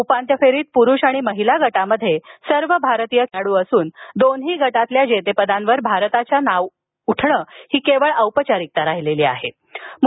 उपांत्य फेरीत पुरुष आणि महीला गटांत सर्व भारतीय खेळाड् असून दोन्ही गटातल्या जेतेपदांवर भारताच्या नावाची केवळ औपचैरिकता असेल